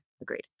agreed